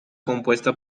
compuesta